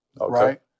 right